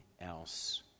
else